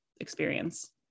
experience